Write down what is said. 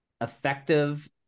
effective